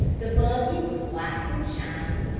the buggy was black and shining,